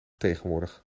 tegenwoordig